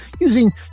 using